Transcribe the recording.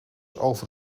over